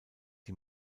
die